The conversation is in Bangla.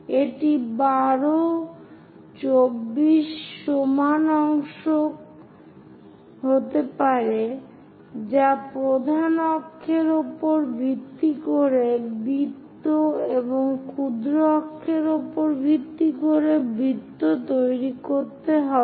এটি 12 24 সমান সংখ্যক অংশ হতে পারে যা প্রধান অক্ষের উপর ভিত্তি করে বৃত্ত এবং ক্ষুদ্র অক্ষের উপর ভিত্তি করে বৃত্ত তৈরি করতে হবে